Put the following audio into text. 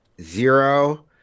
Zero